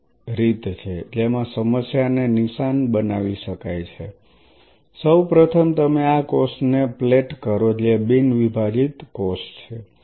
એક રીત છે જેમાં સમસ્યાને નિશાન બનાવી શકાય છે સૌ પ્રથમ તમે આ કોષોને પ્લેટ કરો જે બિન વિભાજીત કોષો છે